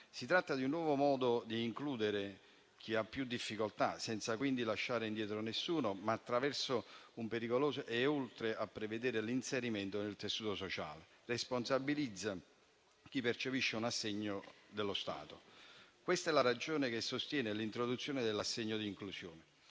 Si tratta di un nuovo modo di includere chi ha più difficoltà, senza quindi lasciare indietro nessuno; oltre a prevederne l'inserimento nel tessuto sociale, si responsabilizza chi percepisce un assegno dello Stato. Questa è la ragione che sostiene l'introduzione dell'assegno di inclusione.